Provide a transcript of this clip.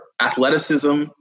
athleticism